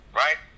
right